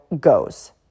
goes